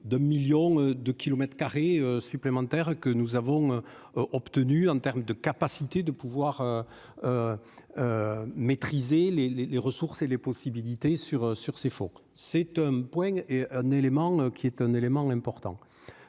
de 2 millions de kilomètres carrés supplémentaires que nous avons obtenus en termes de capacité de pouvoir maîtriser les, les, les ressources et les possibilités sur sur ces fonds cet homme point et un élément qui est un élément important,